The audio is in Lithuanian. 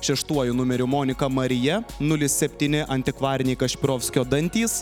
šeštuoju numeriu monika marija nulis septyni antikvariniai kašpirovskio dantys